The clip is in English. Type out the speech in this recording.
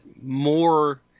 more